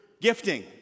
gifting